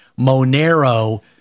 Monero